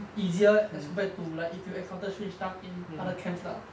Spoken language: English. easier as compared to like if you encounter strange stuff in other camps lah